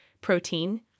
protein